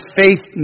faith